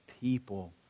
people